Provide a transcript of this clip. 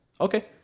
okay